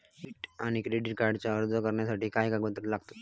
Debit आणि credit कार्डचो अर्ज करुच्यासाठी काय कागदपत्र लागतत?